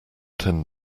ten